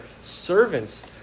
servants